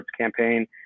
campaign